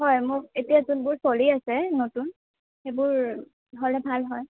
হয় মোক এতিয়া যোনবোৰ চলি আছে নতুন সেইবোৰ হ'লে ভাল হয়